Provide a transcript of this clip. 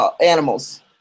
animals